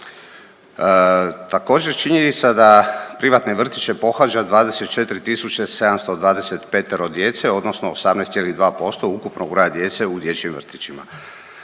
Također činjenica da privatne vrtiće pohađa 24.725 djece odnosno 18,2% ukupnog broja djece u dječjim vrtićima.